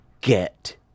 get